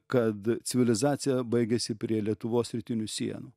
kad civilizacija baigiasi prie lietuvos rytinių sienų